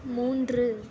மூன்று